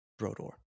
Brodor